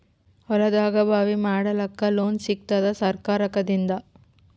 ಹೊಲದಾಗಬಾವಿ ಮಾಡಲಾಕ ಲೋನ್ ಸಿಗತ್ತಾದ ಸರ್ಕಾರಕಡಿಂದ?